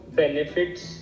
benefits